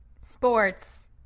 sports